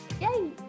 Yay